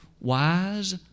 Wise